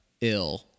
ill